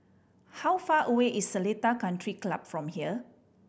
how far away is Seletar Country Club from here